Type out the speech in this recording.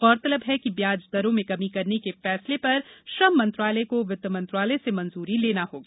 गौरतलब है कि ब्याज दरों में कमी करने के फैसले पर श्रम मंत्रालय को वित्त मंत्रालय से मंजूरी लेना होगी